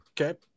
Okay